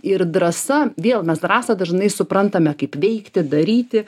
ir drąsa vėl mes drąsą dažnai suprantame kaip veikti daryti